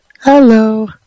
Hello